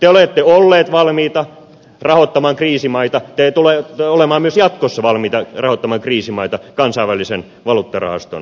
te olette olleet valmiita rahoittamaan kriisimaita te tulette olemaan myös jatkossa valmiita rahoittamaan kriisimaita kansainvälisen valuuttarahaston kautta